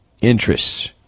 interests